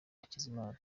hakizimana